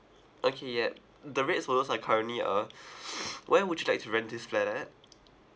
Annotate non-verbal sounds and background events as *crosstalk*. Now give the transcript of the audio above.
okay yup the rates for those are currently uh *breath* where would you like to rent this flat at